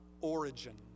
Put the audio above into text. origin